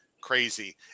crazy